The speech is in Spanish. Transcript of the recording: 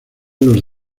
los